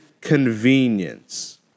convenience